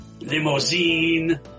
Limousine